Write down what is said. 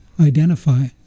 identify